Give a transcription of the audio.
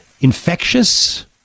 infectious